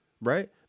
right